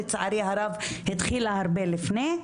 לצערי הרב התחילה הרבה לפני,